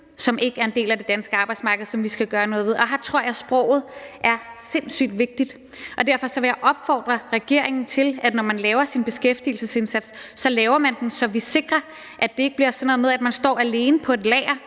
som ikke er en del af det danske arbejdsmarked, og det skal vi gøre noget ved, og her tror jeg sproget er sindssyg vigtigt. Derfor vil jeg opfordre regeringen til, at når man laver sin beskæftigelsesindsats, laver man den, så vi sikrer, at det ikke bliver sådan noget med, at man står alene på et lager